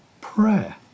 prayer